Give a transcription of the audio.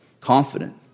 confident